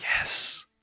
yes